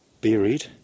buried